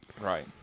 right